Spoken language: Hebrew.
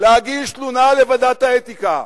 להגיש תלונה לוועדת האתיקה.